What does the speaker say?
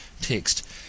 text